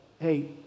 hey